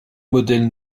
modèle